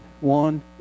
One